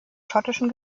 schottischen